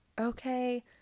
okay